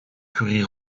curie